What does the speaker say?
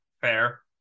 fair